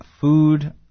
food